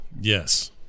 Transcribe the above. Yes